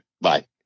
Bye